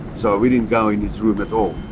so we didn't go in his room at all.